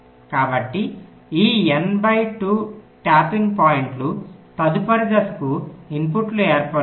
కాబట్టి ఈ N బై 2 ట్యాపింగ్ పాయింట్లు తదుపరి దశకు ఇన్పుట్ను ఏర్పరుస్తాయి